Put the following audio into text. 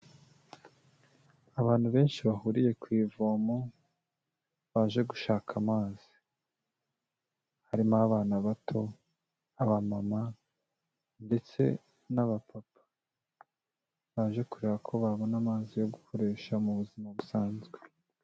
Abantu benshi bahuriye ku ivomo baje gushaka amazi, harimo abana bato, abamama ndetse n'abapapa, baje kureba ko babona amazi yo gukoresha mu buzima busanzwe.